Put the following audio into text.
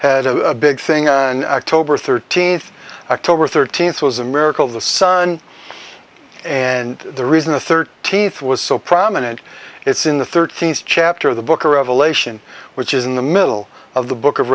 had a big thing and tobar thirteenth october thirteenth was a miracle the son and the reason the thirteenth was so prominent it's in the thirteenth chapter of the book or revelation which is in the middle of the book of